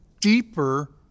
deeper